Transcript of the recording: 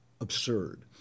absurd